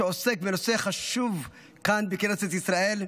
שעוסק בנושא חשוב כאן בכנסת ישראל,